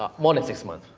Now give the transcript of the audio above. ah one to six months.